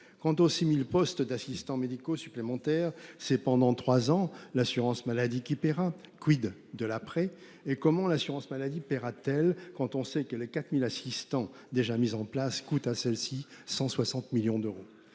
Quant aux 6000 postes d'assistants médicaux supplémentaires c'est pendant trois ans, l'assurance maladie qui paiera. Quid de l'après et comment l'assurance maladie pèsera-t-elle quand on sait que les 4000 assistants déjà mises en place coûte à celle-ci, 160 millions d'euros.